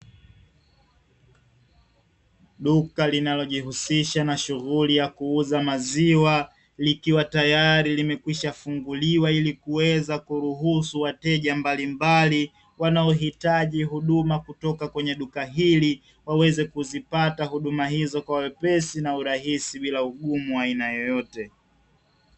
Duka linalojihusisha na shughuli ya kuuza maziwa, likiwa tayari limekwishafunguliwa; ili kuweza kuruhusu wateja mbalimbali wanaohitaji huduma kutoka kwenye duka hili, waweze kuzipata huduma hizo kwa wepesi na urahisi bila ugumu wa aina yoyote.